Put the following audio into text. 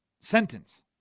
sentence